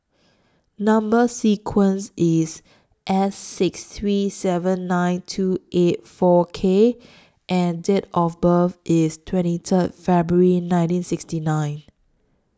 Number sequence IS S six three seven nine two eight four K and Date of birth IS twenty Third February nineteen sixty nine